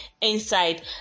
inside